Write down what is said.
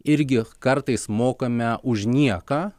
irgi kartais mokame už nieką